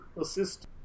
assist